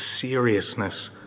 seriousness